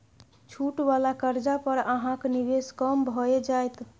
छूट वला कर्जा पर अहाँक निवेश कम भए जाएत